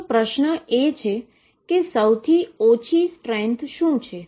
તો પ્રશ્ન એ છે કે ઓછી પ્રબળતા શું છે